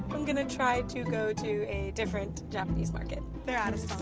i'm gonna try to go to a different japanese market. they're out of